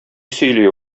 сөйли